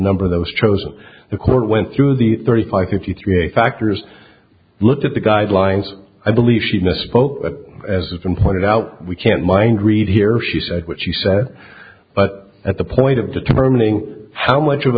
number those chosen the court went through the thirty five fifty three a factors looked at the guidelines i believe she misspoke as has been pointed out we can't mind read here she said what she said but at the point of determining how much of